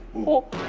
look